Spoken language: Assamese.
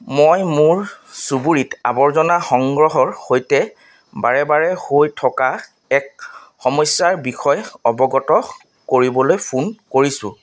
মই মোৰ চুবুৰীত আৱৰ্জনা সংগ্ৰহৰ সৈতে বাৰে বাৰে হৈ থকা এক সমস্যাৰ বিষয়ে অৱগত কৰিবলৈ ফোন কৰিছোঁ